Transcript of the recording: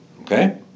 Okay